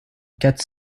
quatre